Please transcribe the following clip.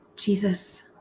Jesus